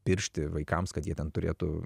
piršti vaikams kad jie ten turėtų